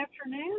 afternoon